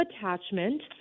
Attachment